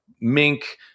mink